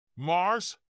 Mars